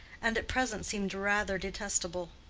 and at present seemed rather detestable.